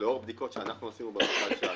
לאור בדיקות שאנחנו עושים במפעל שלנו.